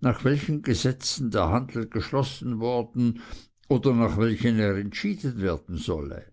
nach welchen gesetzen der handel geschlossen worden oder nach welchen er entschieden werden solle